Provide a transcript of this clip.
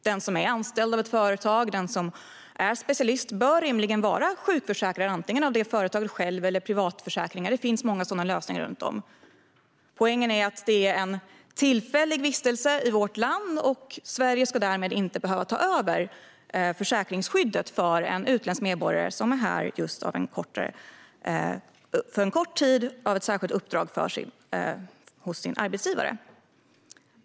Den som är anställd av ett företag och är specialist bör rimligen vara sjukförsäkrad antingen av det företaget eller genom privatförsäkring. Det finns många sådana lösningar. Poängen är att det är en tillfällig vistelse i vårt land. Sverige ska inte behöva ta över försäkringsskyddet för en utländsk medborgare som är här för en kort tid med ett särskilt uppdrag hos sin arbetsgivare.